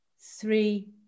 three